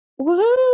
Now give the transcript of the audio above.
Woohoo